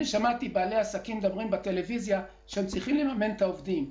אני שמעתי על בעלי עסקים שאומרים בטלוויזיה שהם צריכים לממן את העובדים.